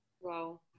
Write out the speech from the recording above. wow